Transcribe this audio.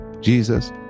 Jesus